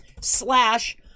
slash